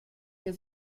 wir